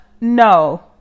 No